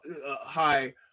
high